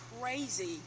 crazy